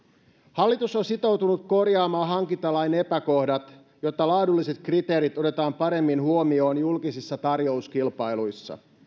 hallitus on sitoutunut korjaamaan hankintalain epäkohdat jotta laadulliset kriteerit otetaan paremmin huomioon julkisissa tarjouskilpailuissa